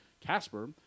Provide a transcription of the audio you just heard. Casper